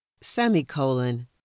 semicolon